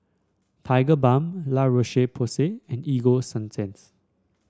Tigerbalm La Roche Porsay and Ego Sunsense